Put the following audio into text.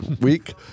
week